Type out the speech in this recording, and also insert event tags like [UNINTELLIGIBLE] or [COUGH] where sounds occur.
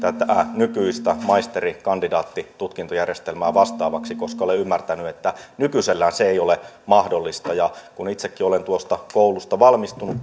nykyistä maisteri kandidaatti tutkintojärjestelmää vastaavaksi koska olen ymmärtänyt että nykyisellään se ei ole mahdollista kun itsekin olen tuosta koulusta valmistunut [UNINTELLIGIBLE]